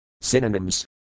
Synonyms